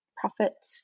profit